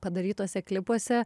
padarytuose klipuose